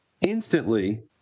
instantly